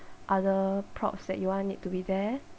other props that you want it to be there